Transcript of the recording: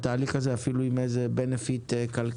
אפילו עם איזה benefit כלכלי.